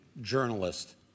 journalist